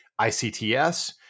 ICTS